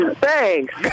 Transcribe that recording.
Thanks